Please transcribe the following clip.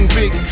big